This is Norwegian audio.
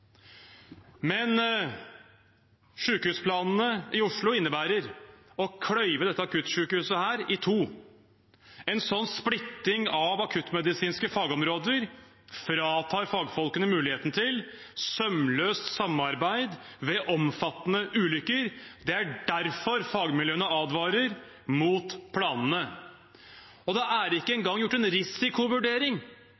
Men sykehusplanene i Oslo innebærer å kløyve dette akuttsykehuset i to. En sånn splitting av akuttmedisinske fagområder fratar fagfolkene muligheten til sømløst samarbeid ved omfattende ulykker. Det er derfor fagmiljøene advarer mot planene. Det er ikke engang gjort en